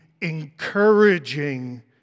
encouraging